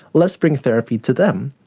let's bring therapy to them.